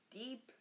deep